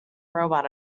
robot